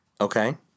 Okay